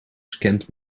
scant